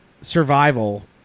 survival